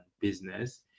business